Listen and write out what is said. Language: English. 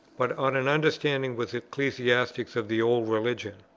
but on an understanding with ecclesiastics of the old religion.